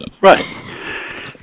Right